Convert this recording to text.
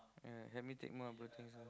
ya help me take more of those things ah